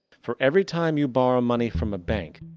for every time you borrow money from a bank,